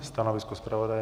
Stanovisko zpravodaje?